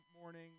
morning